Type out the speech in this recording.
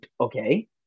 Okay